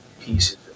pieces